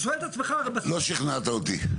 לא שכנעת אותי.